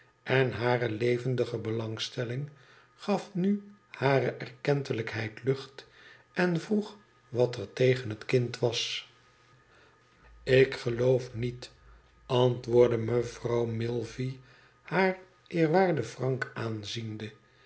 en hare levendige belangstelling gaf nu hare erkentelijkheid lucht en vroeg wat er tegen het kind was tik geloof niet antwoordde mevrouw milvey haar eerwaardea frank aanziende